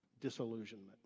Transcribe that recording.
Disillusionment